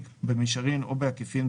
במישרין או בעקיפין,